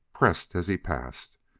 pressed as he passed,